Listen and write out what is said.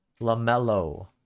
LaMelo